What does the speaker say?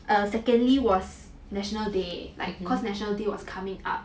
err secondly was national day like cause national day was coming up